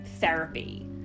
therapy